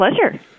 pleasure